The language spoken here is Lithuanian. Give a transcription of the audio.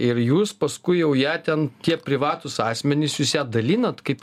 ir jūs paskui jau ją ten tie privatūs asmenys jūs ją dalinat kaip